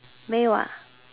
没有 ah